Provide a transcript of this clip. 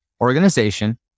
organization